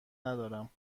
ندارم